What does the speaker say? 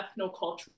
Ethnocultural